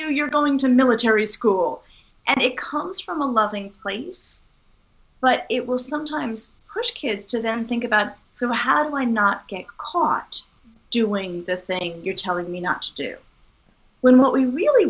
you you're going to military school and it comes from a lovely place but it will sometimes push kids to them think about so how do i not get caught doing the thing you're telling me not to do when what we really